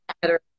better